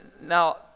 Now